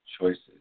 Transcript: choices